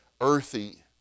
earthy